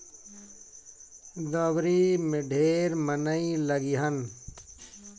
दँवरी में ढेर मनई लगिहन